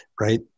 Right